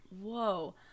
Whoa